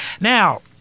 Now